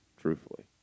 truthfully